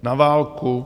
Na válku?